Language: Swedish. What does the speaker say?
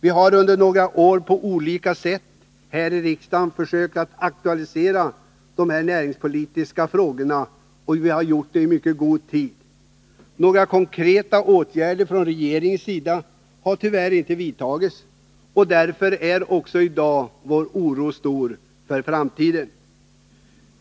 Vi har under några år på olika sätt här i riksdagen försökt aktualisera de näringspolitiska frågorna, och vi har gjort det i god tid. Några konkreta åtgärder har tyvärr inte vidtagits från regeringens sida. Därför är också i dag vår oro för framtiden stor.